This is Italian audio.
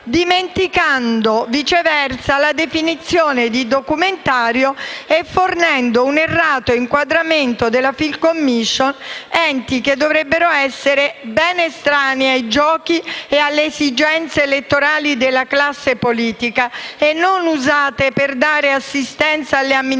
dimenticando - viceversa - la definizione di documentario e fornendo un errato inquadramento delle *film* *commission*, enti che dovrebbero essere ben estranei ai giochi e alle esigenze elettorali della classe politica e usati non già per dare assistenza alle amministrazioni